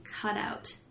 cutout